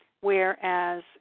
whereas